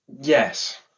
Yes